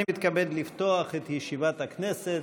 ירושלים, הכנסת,